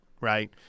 right